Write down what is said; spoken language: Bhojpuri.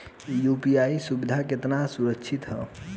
यू.पी.आई सुविधा केतना सुरक्षित ह?